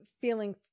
feeling